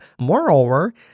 Moreover